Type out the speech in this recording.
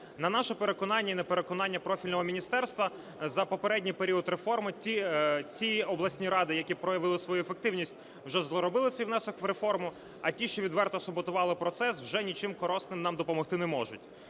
На наше переконання і на переконання профільного міністерства, за попередній період реформи ті обласні ради, які проявили свою ефективність, вже зробили свій внесок в реформу, а ті, що відверто саботували процес, вже нічим корисним нам допомогти не можуть.